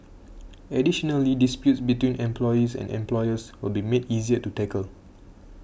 additionally disputes between employees and employers will be made easier to tackle